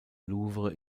louvre